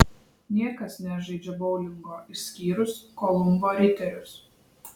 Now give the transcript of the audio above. niekas nežaidžia boulingo išskyrus kolumbo riterius